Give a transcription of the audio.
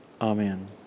Amen